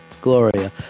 Gloria